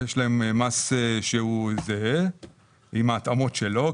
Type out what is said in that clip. יש מס שהוא זהה עם ההתאמות שלו,